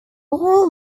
all